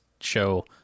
show